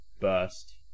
burst